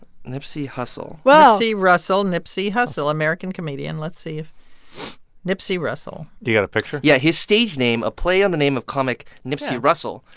nipsey hussle. whoa nipsey russell, nipsey hussle, american comedian. let's see if nipsey russell you got a picture? yeah. his stage name, a play on the name of comic nipsey russell,